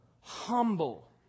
Humble